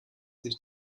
sich